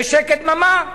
ושקט דממה.